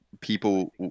people